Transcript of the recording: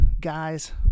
Guys